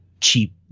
cheap